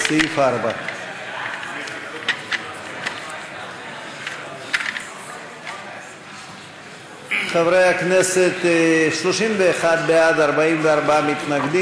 לסעיף 4. ההסתייגות (7) של קבוצת סיעת הרשימה המשותפת,